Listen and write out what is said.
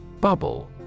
Bubble